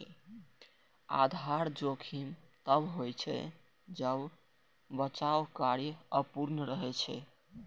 आधार जोखिम तब होइ छै, जब बचाव कार्य अपूर्ण रहै छै